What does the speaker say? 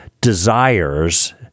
desires